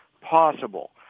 possible